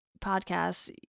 podcasts